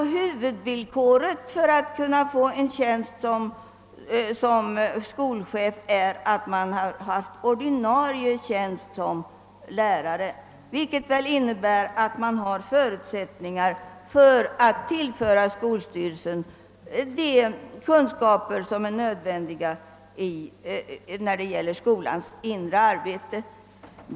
Huvudvillkoret för att man skall kunna få en tjänst som skolchef är alltså att man innehaft ordinarie tjänst som lärare. Det innebär väl att man har förutsättningar att tillföra skolstyrelsen de kunskaper om skolans inre arbete som är nödvändiga.